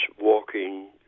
walking